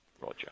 Roger